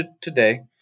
today